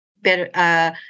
better